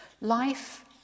life